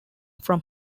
from